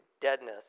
deadness